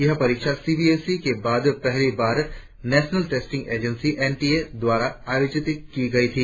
यह परीक्षा C B S E के बाद पहली बार National Testing Agency N T A द्वारा आयोजित की गई थी